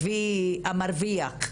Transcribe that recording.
המרוויח,